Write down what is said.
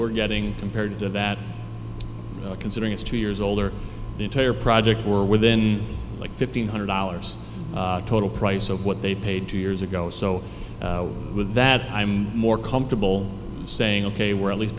we're getting compared to that considering it's two years older the entire project were within like fifteen hundred dollars total price of what they paid two years ago so with that i'm more comfortable saying ok we're at least